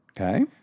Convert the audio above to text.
Okay